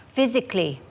Physically